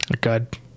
Good